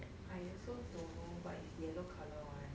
I also don't know but is yellow colour one